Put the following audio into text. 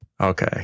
okay